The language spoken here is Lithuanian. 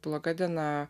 bloga diena